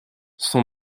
son